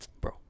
bro